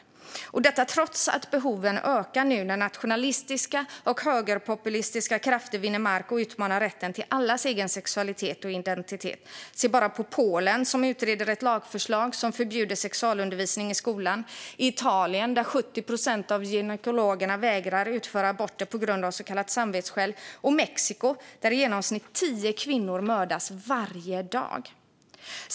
Detta sker trots att behoven nu ökar när nationalistiska och högerpopulistiska krafter vinner mark och utmanar rätten till alla människors egen sexualitet och identitet. Se bara på Polen, som utreder ett lagförslag som förbjuder sexualundervisning i skolan, på Italien, där 70 procent av gynekologerna vägrar att utföra aborter av så kallade samvetsskäl, och på Mexiko, där i genomsnitt tio kvinnor mördas varje dag.